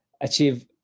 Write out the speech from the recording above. achieve